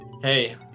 hey